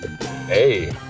Hey